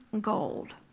gold